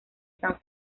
san